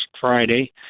Friday